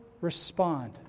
respond